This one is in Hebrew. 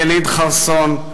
יליד חרסון,